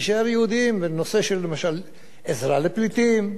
להישאר יהודיים בנושא של למשל עזרה לפליטים.